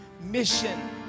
mission